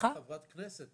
חברת כנסת.